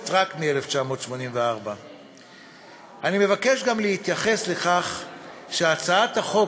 רק החל משנת 1984. אני מבקש גם להתייחס לכך שהצעת החוק